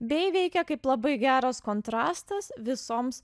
bei veikia kaip labai geras kontrastas visoms